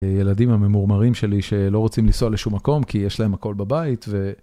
ילדים הממורמרים שלי שלא רוצים לנסוע לשום מקום כי יש להם הכל בבית ו...